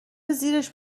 زیرش